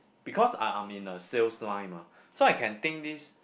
because I I'm in the sales line mah so I can think this